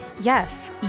Yes